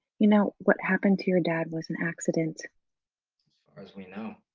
you know what happened to your dad was an accident. as far as we know.